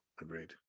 Agreed